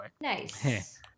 Nice